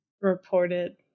reported